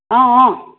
ஆ ஆ